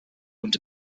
und